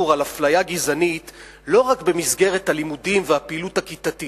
על אפליה גזענית לא רק במסגרת הלימודים והפעילות הכיתתית.